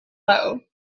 lowe